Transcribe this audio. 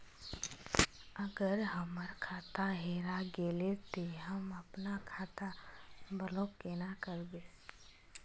अगर हमर खाता हेरा गेले ते हम अपन खाता ब्लॉक केना करबे?